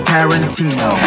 Tarantino